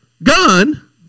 Gun